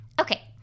Okay